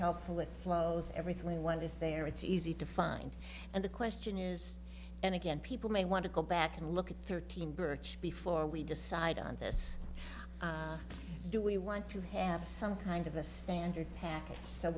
helpful with flows everything we want is there it's easy to find and the question is and again people may want to go back and look at thirteen birch before we decide on this do we want to have some kind of a standard package so